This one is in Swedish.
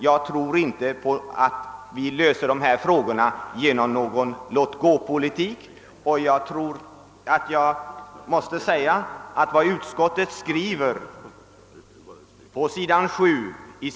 Jag tror inte att vi löser dessa frågor genom någon låtgåpolitik.